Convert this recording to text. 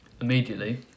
Immediately